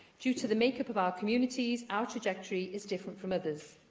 due to the make-up of our communities, our trajectory is different from others.